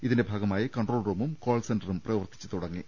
ഇതിന്റെ ഭാഗ മായി കൺട്രോൾ റൂമും കോൾ സെന്ററും പ്രവർത്തിച്ചു തുടങ്ങി